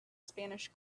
spanish